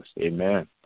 Amen